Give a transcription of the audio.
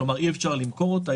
כלומר אי אפשר למכור אותה,